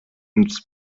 ins